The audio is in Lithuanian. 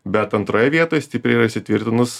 bet antroje vietoj stipriai yra įsitvirtinus